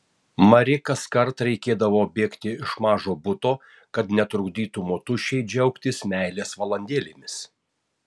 mari kaskart reikėdavo bėgti iš mažo buto kad netrukdytų motušei džiaugtis meilės valandėlėmis